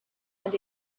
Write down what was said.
and